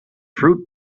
fruit